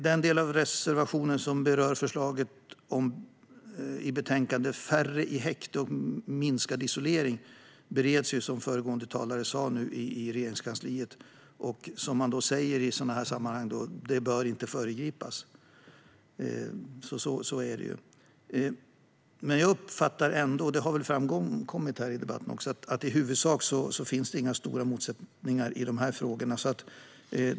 När det gäller reservationen som berör förslagen i betänkandet Färre i häkte och minskad isolering bereds detta, som föregående talare sa, i Regeringskansliet. Som man säger i sådana sammanhang: Det bör inte föregripas. Jag uppfattar ändå, och det har väl också framkommit i debatten, att det i huvudsak inte finns några stora motsättningar i dessa frågor.